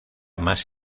más